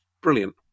Brilliant